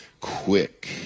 quick